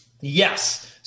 Yes